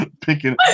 Picking